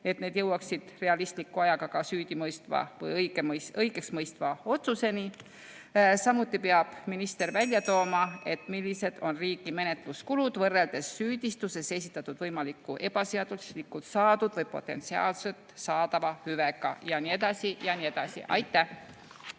et need jõuaksid realistliku ajaga kas süüdimõistva või õigeksmõistva otsuseni. Samuti peab minister välja tooma, millised on riigi menetluskulud võrreldes süüdistuses esitatud võimaliku ebaseaduslikult saadud või potentsiaalselt saadava hüvega, jne, jne.